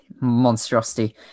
Monstrosity